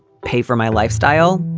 pay for my lifestyle.